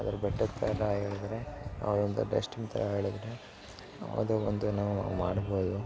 ಯಾವ್ದದ್ರೂ ಬೆಟ್ಟದ ಥರ ಹೇಳಿದ್ರೆ ಆ ಒಂದು ಡೆಶ್ಟಿನ ಥರ ಹೇಳಿದ್ರೆ ಅದು ಒಂದು ನಾವು ಮಾಡ್ಬೋದು